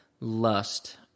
lust